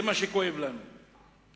זה מה שכואב לנו.